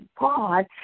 God